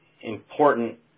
important